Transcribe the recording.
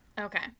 Okay